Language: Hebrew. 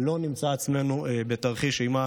עכשיו,